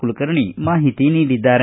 ಕುಲಕರ್ಣಿ ಮಾಹಿತಿ ನೀಡಿದ್ದಾರೆ